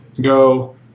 go